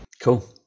Cool